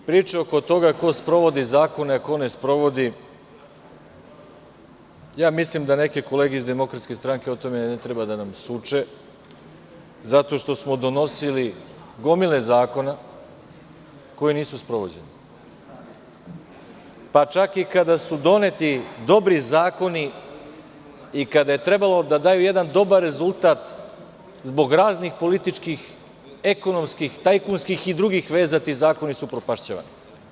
Priča oko toga ko sprovodi zakone, a ko ne sprovodi, ja mislim da neke kolege iz DS o tome ne treba da nas uče zato što smo donosili gomile zakona koji nisu sprovođeni, pa čak i kad su doneti dobri zakoni i kada je trebalo da daju jedan dobar rezultat zbog raznih političkih, ekonomskih, tajkunskih i drugih veza, ti zakoni su upropašćavani.